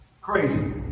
Crazy